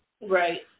right